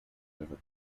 livid